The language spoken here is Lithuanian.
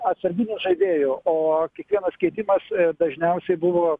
atsarginių žaidėjų o kiekvienas keitimas dažniausiai buvo